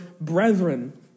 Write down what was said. brethren